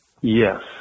yes